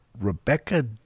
Rebecca